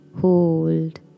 Hold